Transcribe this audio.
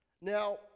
Now